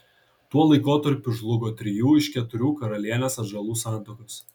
tuo laikotarpiu žlugo trijų iš keturių karalienės atžalų santuokos